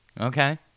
Okay